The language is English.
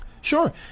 Sure